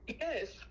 Yes